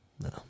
No